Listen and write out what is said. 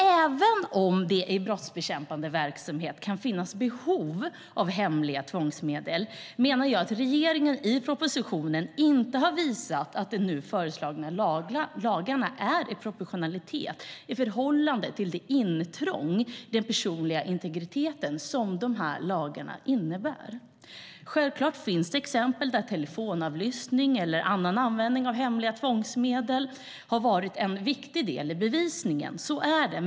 Även om det i brottsbekämpande verksamhet kan finnas behov av hemliga tvångsmedel menar jag att regeringen i propositionen inte har visat att de nu föreslagna lagarna står i proportionalitet i förhållande till det intrång i den personliga integriteten som lagarna innebär. Självklart finns det exempel där telefonavlyssning och annan användning av hemliga tvångsmedel har varit en viktig del av bevisningen. Så är det.